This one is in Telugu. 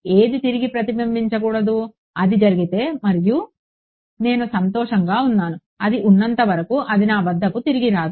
ఏదీ తిరిగి ప్రతిబింబించకూడదు అది జరిగితే మరియు నేను సంతోషంగా ఉన్నాను అది ఉన్నంత వరకు అది నా వద్దకు తిరిగి రాదు